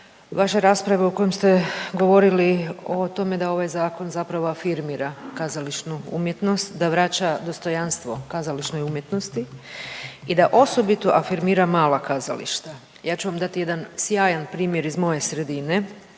vaše rasprave u kojem ste govorili o tome da ovaj zakon zapravo afirmira kazališnu umjetnost, da vraća dostojanstvo kazališnoj umjetnosti i da osobito afirmira mala kazališta. Ja ću vam dati jedan sjajan primjer iz moje sredine.